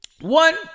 One